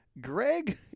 Greg